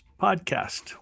podcast